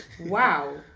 Wow